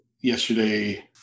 yesterday